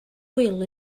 wil